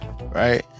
right